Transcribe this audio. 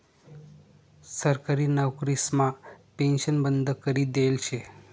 सरकारी नवकरीसमा पेन्शन बंद करी देयेल शे